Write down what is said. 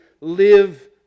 live